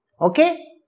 okay